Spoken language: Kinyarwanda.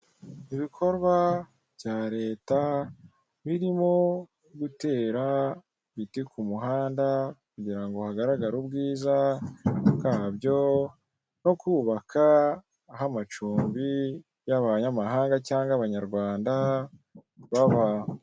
Ibikorwa bya leta birimo gutera ibiti ku muhanda kugira ngo hagaragare ubwiza bwabyo no kubaka aho amacumbi y'abanyamahanga cyangwa abanyarwanda baba.